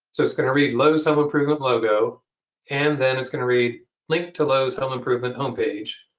so it's going to read lowe's home improvement logo and then, it's going to read linked to lowe's home improvement home page.